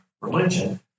religion